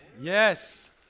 Yes